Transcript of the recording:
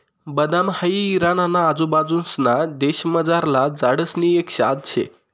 बदाम हाई इराणा ना आजूबाजूंसना देशमझारला झाडसनी एक जात शे